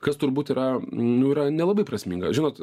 kas turbūt yra nu yra nelabai prasminga žinot